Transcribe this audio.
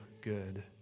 good